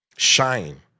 Shine